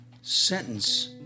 sentence